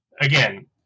again